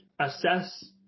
Assess